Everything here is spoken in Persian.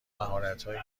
مهارتهایی